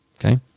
Okay